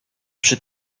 przy